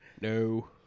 No